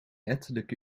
ettelijke